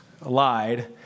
lied